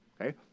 okay